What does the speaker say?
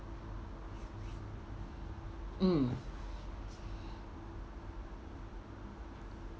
mm